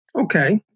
Okay